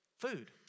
Food